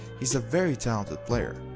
he's a very talented player.